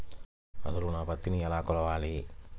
అసలు నా పత్తిని ఎలా కొలవాలి?